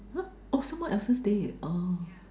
ya oh someone else's day uh